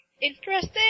interesting